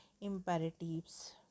imperatives